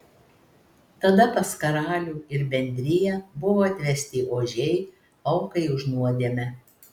tada pas karalių ir bendriją buvo atvesti ožiai aukai už nuodėmę